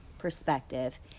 perspective